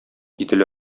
идел